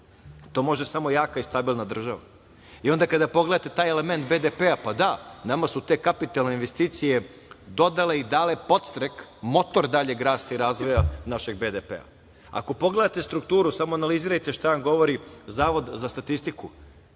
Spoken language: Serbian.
To može samo jaka i stabilna država. Kada pogledate taj element BDP-a, pa da, nama su te kapitalne investicije dodale i dale podstrek, motor daljeg rasta i razvoja našeg BDP-a. Ako pogledate strukturu, samo analizirajte šta vam govori Zavod za statistiku,